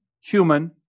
human